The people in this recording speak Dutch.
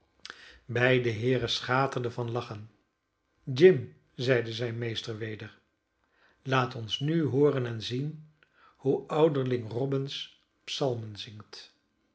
beide heeren schaterden van lachen jim zeide zijn meester weder laat ons nu hooren en zien hoe ouderling robbins psalmen zingt